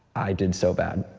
i did so bad